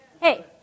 hey